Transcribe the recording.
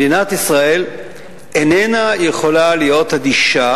מדינת ישראל איננה יכולה להיות אדישה